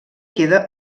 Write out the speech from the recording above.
queda